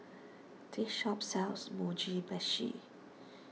this shop sells Mugi Meshi